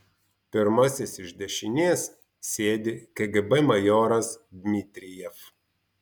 pirmasis iš dešinės sėdi kgb majoras dmitrijev